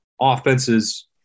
offenses